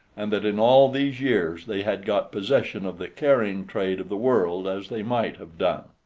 and that in all these years they had got possession of the carrying trade of the world, as they might have done.